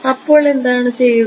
അപ്പോൾ എന്താണ് ചെയ്യുക